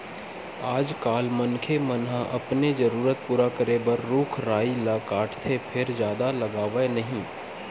आजकाल मनखे मन ह अपने जरूरत पूरा करे बर रूख राई ल काटथे फेर जादा लगावय नहि